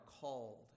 called